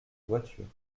voitures